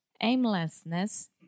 aimlessness